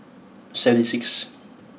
seven sixth